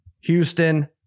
Houston